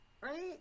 right